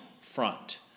front